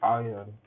iron